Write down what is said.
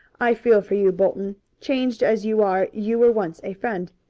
i feel for you, bolton. changed as you are, you were once a friend.